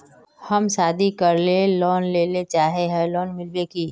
हम शादी करले लोन लेले चाहे है लोन मिलते की?